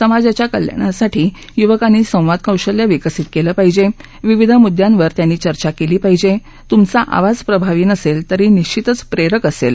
समाजाच्या कल्याणासाठी युवकांनी संवाद कौशल्य विकसित केलं पाहिजे विविध मुद्द्यांवर त्यांनी चर्चा केली पाहिजे तूमचा आवाज प्रभावी नसेल तरी निश्वितच प्रेरक असेल